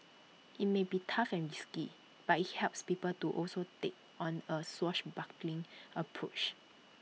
IT may be tough and risky but IT helps people to also take on A swashbuckling approach